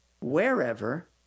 wherever